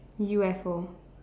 U_F_O